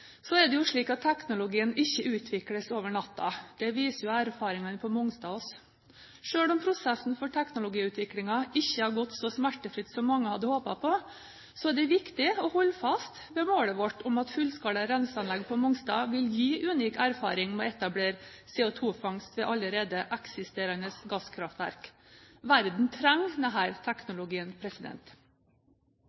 Så er det jo slik at teknologien ikke utvikles over natten. Det viser erfaringene på Mongstad oss. Selv om prosessen for teknologiutviklingen ikke har gått så smertefritt som mange hadde håpet på, er det viktig å holde fast ved målet vårt om at fullskala renseanlegg på Mongstad vil gi unik erfaring med å etablere CO2-fangst ved allerede eksisterende gasskraftverk. Verden trenger